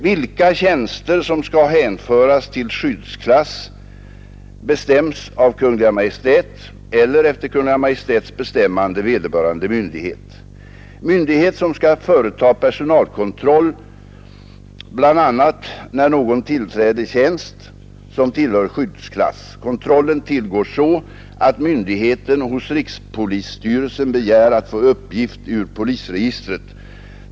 Vilka tjänster som skall hänföras till skyddsklass bestäms av Kungl. Maj:t eller, efter Kungl. Maj:ts bestämmande, vederbörande myndighet. Myndighet skall företa personalkontroll bl.a. när någon tillträder tjänst som tillhör skyddsklass. Kontrollen tillgår så att myndigheten hos rikspolisstyrelsen begär att få uppgift ur polisregistret.